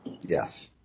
Yes